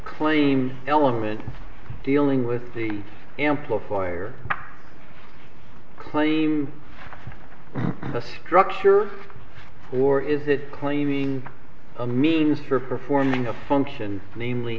claim element dealing with the amplifier claims the structure or is it claiming a means for performing a function namely